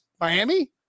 Miami